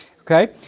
Okay